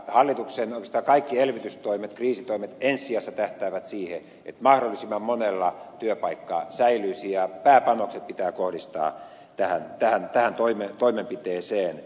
hallituksen kaikki elvytystoimet oikeastaan kriisitoimet ensi sijassa tähtäävät siihen että mahdollisimman monella työpaikka säilyisi ja pääpanokset pitää kohdistaa tähän toimenpiteeseen